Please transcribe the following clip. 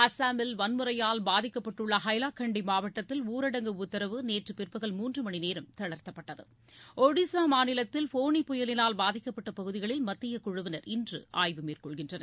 அஸ்ஸாமில் வன்முறையால் பாதிக்கப்பட்டுள்ள ழயடையமயளே மாவட்டத்தில் ஊரடங்கு உத்தரவு நேற்று பிற்பகல் மூன்று மணி நேரம் தளர்த்தப்பட்டது ஒடிசா மாநிலத்தில் ஃபோனி புயலினால் பாதிக்கப்பட்ட பகுதிகளில் மத்தியக்குழுவினர் இன்று ஆய்வு மேற்கொள்கின்றனர்